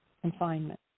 confinement